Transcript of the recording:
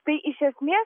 tai iš esmės